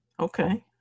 Okay